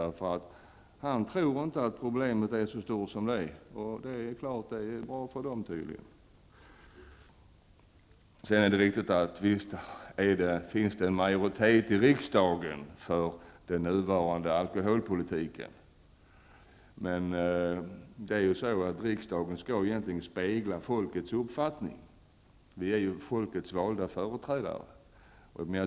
Bengt Westerberg tror inte att problemet är så stort som det är, och det gagnar ju dessa människor. Det är riktigt att det finns majoritet i riksdagen för den nuvarande alkoholpolitiken. Men riksdagen skall egentligen spegla folkets uppfattning -- vi är ju folkets valda företrädare.